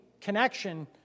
connection